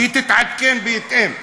שהיא תתעדכן בהתאם.